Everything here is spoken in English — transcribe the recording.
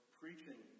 preaching